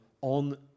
on